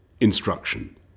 instruction